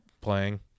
playing